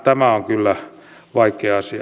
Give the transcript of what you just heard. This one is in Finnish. tämä on kyllä vaikea asia